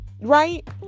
right